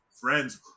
friends